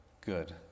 Good